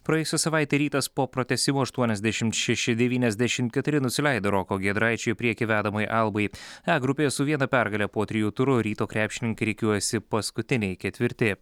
praėjusią savaitę rytas po pratęsimo aštuoniasdešim šeši devyniasdešim keturi nusileido roko giedraičio į priekį vedamai albai e grupėje su viena pergale po trijų turų ryto krepšininkai rikiuojasi paskutiniai ketvirti